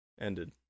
Ended